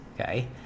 Okay